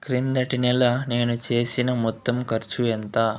క్రిందటి నెల నేను చేసిన మొత్తం ఖర్చు ఎంత